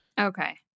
Okay